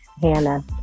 Hannah